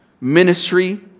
ministry